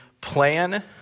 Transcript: plan